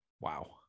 wow